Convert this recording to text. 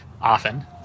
often